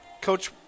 Coach